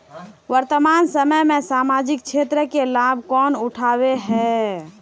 वर्तमान समय में सामाजिक क्षेत्र के लाभ कौन उठावे है?